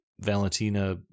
valentina